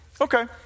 okay